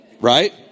right